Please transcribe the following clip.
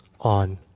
on